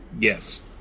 Yes